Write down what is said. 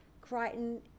Crichton